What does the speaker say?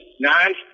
nine